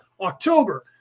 October